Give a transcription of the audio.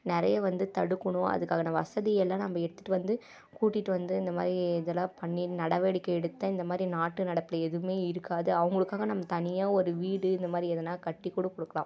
நிறைய வந்து தடுக்கணும் அதுக்கான வசதியெல்லாம் நம்ப எடுத்துகிட்டு வந்து கூட்டிகிட்டு வந்து இந்த மாதிரி இதெல்லாம் பண்ணி நடவடிக்கை எடுத்தால் இந்த மாதிரி நாட்டு நடப்பில் எதுவுமே இருக்காது அவர்களுக்காக நம்ம தனியாக ஒரு வீடு இந்த மாதிரி எதனா கட்டிக்கூட கொடுக்கலாம்